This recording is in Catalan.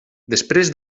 després